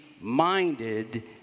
minded